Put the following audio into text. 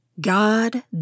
God